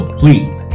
please